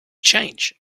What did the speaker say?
change